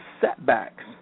setbacks